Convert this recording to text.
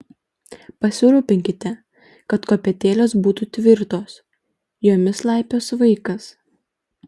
pasirūpinkite kad kopėtėlės būtų tvirtos jomis laipios vaikas